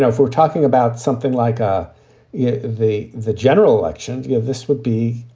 if we're talking about something like ah yeah the the general election, you know this would be,